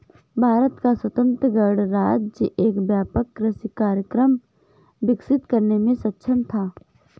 भारत का स्वतंत्र गणराज्य एक व्यापक कृषि कार्यक्रम विकसित करने में सक्षम था